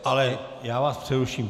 Ale já vás přeruším.